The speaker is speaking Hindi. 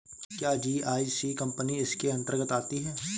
क्या जी.आई.सी कंपनी इसके अन्तर्गत आती है?